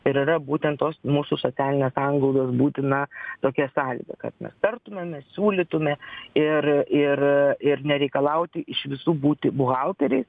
ir yra būtent tos mūsų socialinės sanglaudos būtina tokia sąlyga kad mes tartumėmės siūlytume ir ir ir nereikalauti iš visų būti buhalteriais